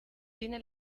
tiene